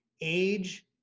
age